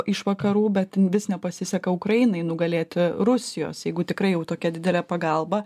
iš vakarų bet vis nepasiseka ukrainai nugalėti rusijos jeigu tikrai jau tokia didelė pagalba